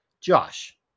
Josh